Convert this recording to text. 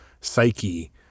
psyche